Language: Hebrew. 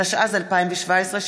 התשע"ז 2017,